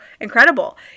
incredible